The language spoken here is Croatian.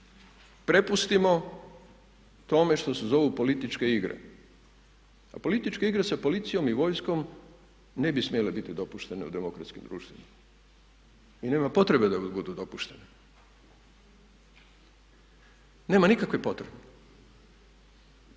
prepustimo tome što se zovu političke igre. A političke igre sa policijom i vojskom ne bi smjele biti dopuštene u demokratskim društvima i nema potrebe da budu dopuštene. Nema nikakve potrebe.